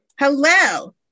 Hello